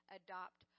adopt